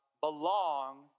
belong